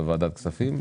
בוועדת הכספים.